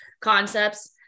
concepts